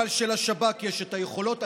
אבל שלשב"כ יש את היכולות.